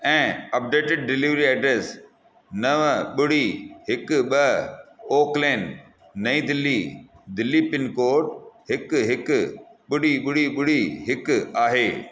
ऐं updated delivery address नव ॿुड़ी हिकु ॿ ओक्लेन नई दिल्ली दिल्ली पिनकोड हिकु हिकु ॿुड़ी ॿुड़ी ॿुड़ी हिकु आहे